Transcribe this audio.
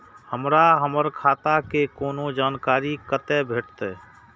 हमरा हमर खाता के कोनो जानकारी कते भेटतै